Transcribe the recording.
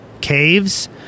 caves